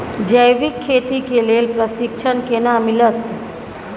जैविक खेती के लेल प्रशिक्षण केना मिलत?